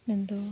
ᱟᱫᱚ